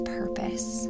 purpose